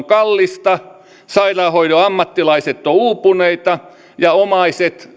kallista sairaanhoidon ammattilaiset ovat uupuneita ja omaiset